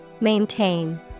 Maintain